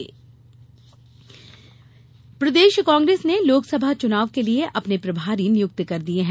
लोकसभा प्रभारी प्रदेश कांग्रेस ने लोकसभा चुनाव के लिए अपने प्रभारी नियुक्त कर दिये है